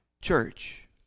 church